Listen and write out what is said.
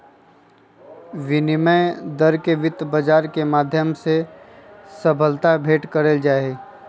विनिमय दर के वित्त बाजार के माध्यम से सबलता भेंट कइल जाहई